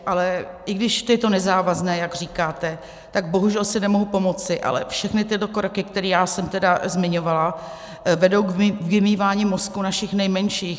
Ale i když je to nezávazné, jak říkáte, tak bohužel si nemohu pomoci, ale všechny tyto kroky, které jsem zmiňovala, vedou k vymývání mozků našich nejmenších.